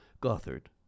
Gothard